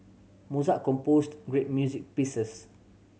Mozart composed great music pieces